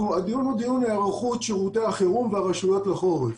הדיון הוא דיון היערכות שירותי החירום ברשויות לקראת החורף.